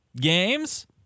games